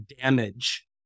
damage